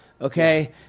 Okay